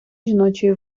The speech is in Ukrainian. жіночої